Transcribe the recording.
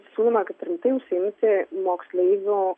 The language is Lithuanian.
siūloma kad rimtai užsiimti moksleivių